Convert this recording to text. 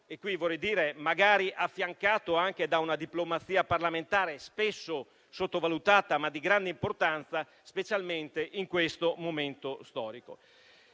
del Governo, magari affiancato anche da una diplomazia parlamentare spesso sottovalutata, ma di grande importanza, specialmente in questo momento storico.